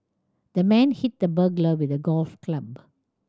the man hit the burglar with a golf club